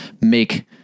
make